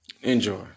enjoy